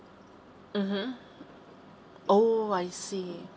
mmhmm oo I see